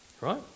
Right